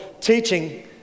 teaching